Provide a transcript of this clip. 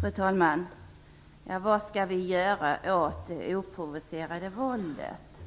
Fru talman! Vad skall vi göra åt det oprovocerade våldet?